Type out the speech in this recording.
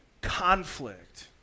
conflict